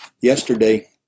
Yesterday